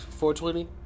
420